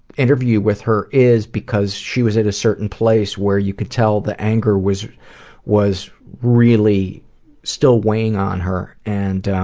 interview with her is because she was at a certain place where you can tell her anger was was really still weighing on her and